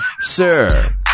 sir